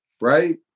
Right